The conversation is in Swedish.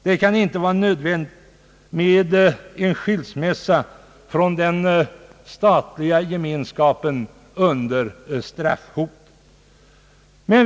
Det kan inte vara nödvändigt att geromföra en skilsmässa från den statliga gemenskapen under straffhot.